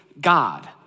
God